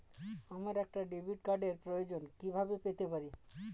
আমার একটা ডেবিট কার্ডের প্রয়োজন কিভাবে পেতে পারি?